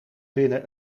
binnen